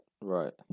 right